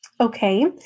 Okay